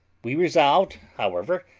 we resolved, however,